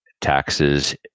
taxes